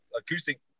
acoustic